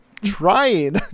trying